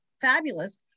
fabulous